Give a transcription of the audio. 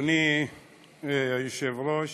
אדוני היושב-ראש,